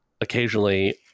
occasionally